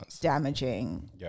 damaging